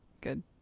good